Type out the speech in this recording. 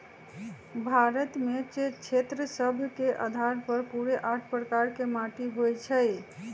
भारत में क्षेत्र सभ के अधार पर पूरे आठ प्रकार के माटि होइ छइ